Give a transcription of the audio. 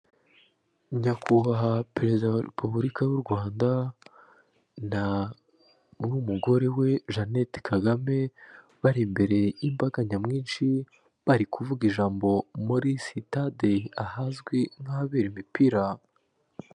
Nyakubahwa perezida wa repubulika y'u Rwanda n'umugore we Janete Kagame bari imbere y'imbaga nyamwinshi bari kuvuga ijambo muri sitade, ahazwi nk'abibera imipira.